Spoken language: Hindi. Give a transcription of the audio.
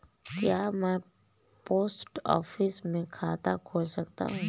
क्या मैं पोस्ट ऑफिस में खाता खोल सकता हूँ?